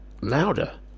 louder